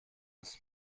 uns